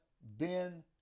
Ben